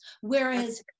Whereas